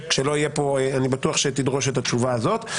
כשלא אהיה כאן, אני בטוח שתדרוש את התשובה הזאת.